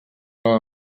però